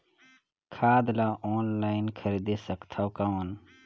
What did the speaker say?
खाद ला ऑनलाइन खरीदे सकथव कौन?